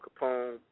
Capone